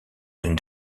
une